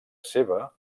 seva